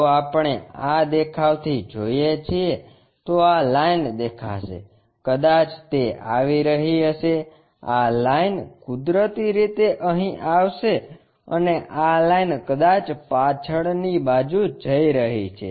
જો આપણે આ દેખાવથી જોઈએ છીએ તો આ લાઇન દેખાશે કદાચ તે આવી રહી હશે આ લાઇન કુદરતી રીતે અહીં આવશે અને આ લાઇન કદાચ પાછળની બાજુ જઇ રહી છે